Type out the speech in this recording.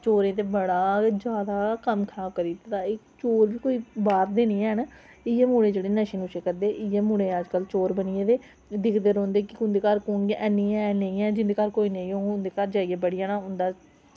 चोरें ते बड़ा जादा कम्म खराब करी ओड़दा चोर बी कोई बाहर दे निं हैन इयै मुड़े जेह्ड़े नशे करदे इयै मोये चोर बनी गेदे एह् दिक्खदे रौहंदे कुन कोह्दे घर ऐ कुन नेईं ऐ दिखदे रौहंदे जिंदे घर निं ऐ ते उंदे घर बड़ी जाना